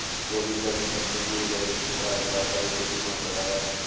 जोगिंदर ने अपने दिए गए उधार का दायित्व बीमा करवाया